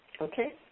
okay